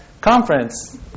conference